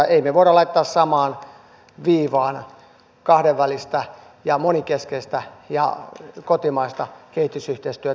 emme me voi laittaa samalle viivalle kahdenvälistä moninkeskistä ja kotimaista kehitysyhteistyötä